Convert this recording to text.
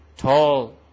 tall